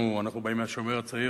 אנחנו באים מ"השומר הצעיר",